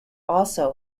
also